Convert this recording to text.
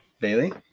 Bailey